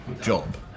job